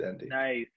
Nice